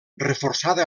reforçada